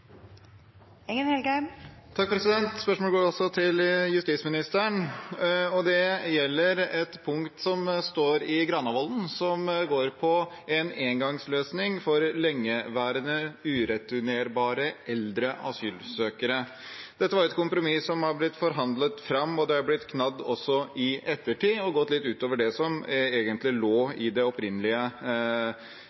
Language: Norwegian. står i Granavolden-plattformen, som handler om en engangsløsning for lengeværende, ureturnerbare eldre asylsøkere. Dette var et kompromiss som var blitt forhandlet fram, og det er blitt knadd også i ettertid og har gått litt ut over det som egentlig lå